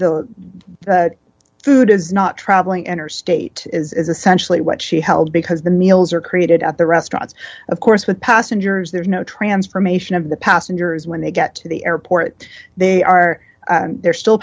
the food is not traveling interstate is essentially what she held because the meals are created at the restaurants of course with passengers there's no transformation of the passengers when they get to the airport they are they're still